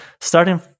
starting